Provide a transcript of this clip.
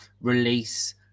release